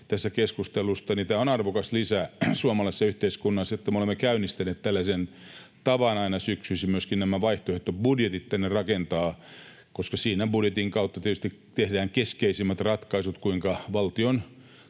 tässä keskustelussa. Tämä on arvokas lisä suomalaisessa yhteiskunnassa, että me olemme käynnistäneet tällaisen tavan aina syksyisin myöskin nämä vaihtoehtobudjetit tänne rakentaa, koska siinä budjetin kautta tietysti tehdään keskeisimmät ratkaisut siitä, kuinka valtion